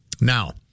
Now